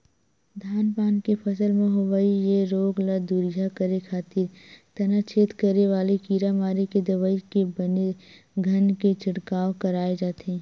धान पान के फसल म होवई ये रोग ल दूरिहा करे खातिर तनाछेद करे वाले कीरा मारे के दवई के बने घन के छिड़काव कराय जाथे